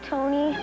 Tony